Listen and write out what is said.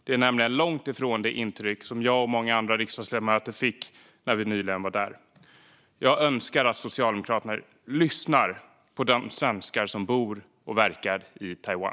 Det var nämligen långt ifrån det intryck jag och många andra riksdagsledamöter fick när vi nyligen var där. Jag önskar att Socialdemokraterna lyssnar på de svenskar som bor och verkar i Taiwan.